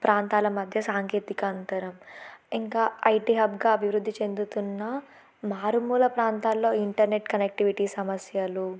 ప్రాంతాల మధ్య సాంకేతిక అంతరం ఇంకా ఐటీ హబ్గా అభివృద్ధి చెందుతున్న మారుమూల ప్రాంతాల్లో ఇంటర్నెట్ కనెక్టివిటీ సమస్యలు